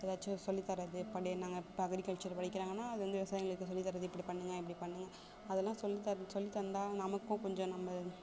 எதாச்சும் சொல்லி தர்றது பண்டைய நாங்கள் இப்போ அக்ரிகல்ச்சர் படிக்கிறாங்கன்னா அது வந்து விவசாயிங்களுக்கு சொல்லி தர்றது இப்படி பண்ணுங்கள் இப்படி பண்ணுங்கள் அதெல்லாம் சொல்லி தர்றது சொல்லி தந்தால் நமக்கும் கொஞ்சம் நம்ம